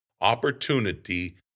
opportunity